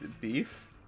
Beef